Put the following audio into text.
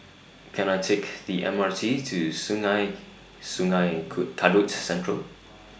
Can I Take The M R T to Sungei Sungei Kadut Central